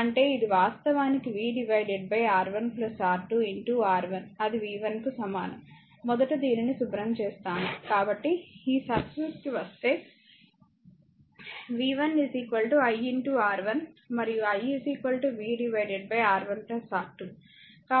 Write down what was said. అంటే ఇది వాస్తవానికి vR1 R2 R1 అది v 1 కు సమానం మొదట దీనిని శుభ్రం చేస్తాను కాబట్టి ఈ సర్క్యూట్కు వస్తే v1 i R1 మరియు i v R1 R2